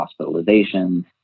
hospitalizations